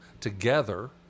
together